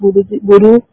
Guru